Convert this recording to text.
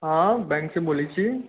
हॅं बैंक से बोलै छी